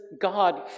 God